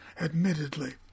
admittedly